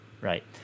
Right